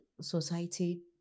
society